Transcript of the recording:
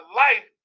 life